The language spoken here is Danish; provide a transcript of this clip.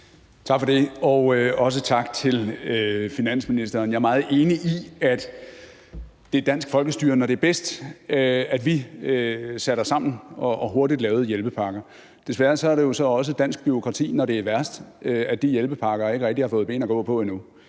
Tak for det, og også tak til finansministeren. Jeg er meget enig i, at det er dansk folkestyre, når det er bedst, at vi satte os sammen og hurtigt lavede hjælpepakker. Desværre er det så også dansk bureaukrati, når det er værst, at de hjælpepakker så ikke rigtig har fået ben at gå på endnu,